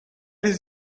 his